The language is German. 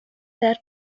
der